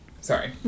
sorry